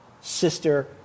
sister